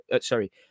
sorry